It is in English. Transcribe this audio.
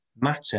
Matter